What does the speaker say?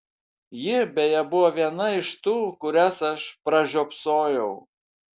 ji beje buvo viena iš tų kurias aš pražiopsojau